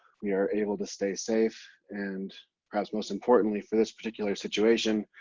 we are able to stay safe, and perhaps most importantly for this particular situation,